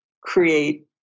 create